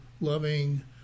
loving